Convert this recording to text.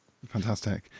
fantastic